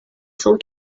cent